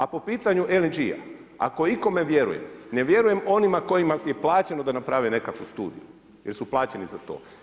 A po pitanju LNG-a, ako ikome vjerujem, ne vjerujem onima kojima je plaćeno da naprave nekakvu studiju jer su plaćeni za to.